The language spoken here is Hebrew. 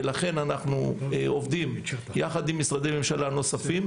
ולכן אנחנו עובדים יחד עם משרדי ממשלה נוספים.